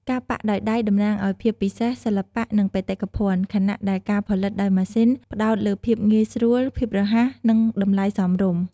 ការប៉ាក់ដោយដៃតំណាងឱ្យភាពពិសេស សិល្បៈ និងបេតិកភណ្ឌ ខណៈដែលការផលិតដោយម៉ាស៊ីនផ្តោតលើភាពងាយស្រួល ភាពរហ័ស និងតម្លៃសមរម្យ។